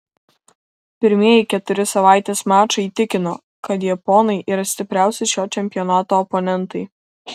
pirmieji keturi savaitės mačai įtikino kad japonai yra stipriausi šio čempionato oponentai